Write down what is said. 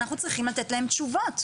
אנחנו צריכים לתת להם תשובות.